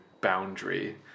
boundary